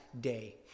day